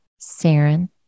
Saren